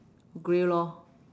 grey lor